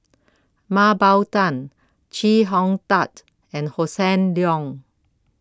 Mah Bow Tan Chee Hong Tat and Hossan Leong